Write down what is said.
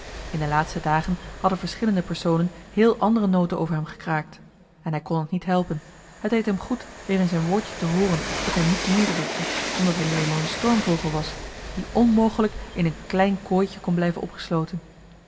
in de laatste dagen hadden verschillende personen heel andere noten over hem gekraakt en hij kon het niet helpen het deed hem goed weer eens een woordje te hooren dat hem niet neerdrukte omdat hij nu joh h been paddeltje de scheepsjongen van michiel de ruijter eenmaal een stormvogel was die nmogelijk in een klein kooitje kon blijven opgesloten